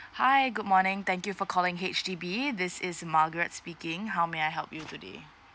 hi good morning thank you for calling H_D_B this is margaret speaking how may I help you today